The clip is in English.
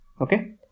okay